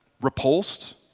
repulsed